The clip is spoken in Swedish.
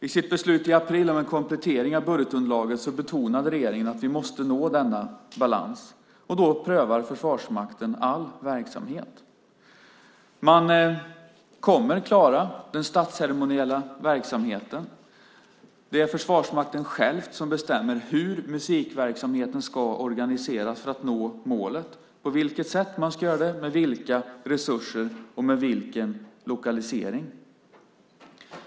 I sitt beslut i april om en komplettering av budgetunderlaget betonade regeringen att vi måste nå denna balans. Då prövar Försvarsmakten all verksamhet. Man kommer att klara den statsceremoniella verksamheten. Det är Försvarsmakten själv som bestämmer hur musikverksamheten ska organiseras för att nå målet, på vilket sätt man ska göra det, med vilka resurser och med vilken lokalisering.